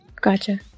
Gotcha